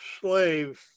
slaves